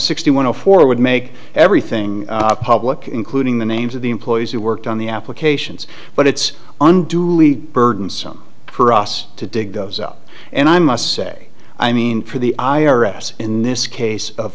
sixty one zero four would make everything public including the names of the employees who worked on the applications but it's unduly burdensome for us to dig those up and i must say i mean for the i r s in this case of